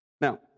Now